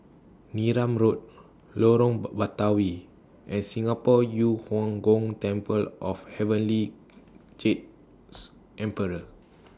Neram Road Lorong Batawi and Singapore Yu Huang Gong Temple of Heavenly Jade's Emperor